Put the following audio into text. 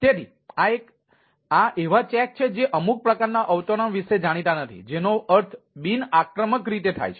તેથી આ એવા ચેક છે જે અમુક પ્રકારના અવતરણો વિશે જાણીતા નથી જેનો અર્થ બિન આક્રમક રીતે થાય છે